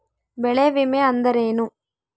ಬೆಳೆ ವಿಮೆ ಅಂದರೇನು?